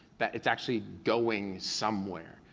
that it's actually going somewhere.